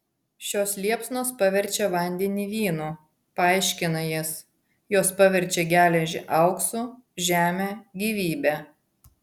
šios liepsnos paverčia vandenį vynu paaiškina jis jos paverčia geležį auksu žemę gyvybe